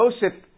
Joseph